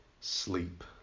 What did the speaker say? sleep